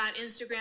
Instagram